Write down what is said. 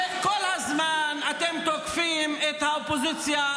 הרי כל הזמן אתם תוקפים את האופוזיציה.